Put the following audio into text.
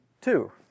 two